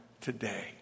today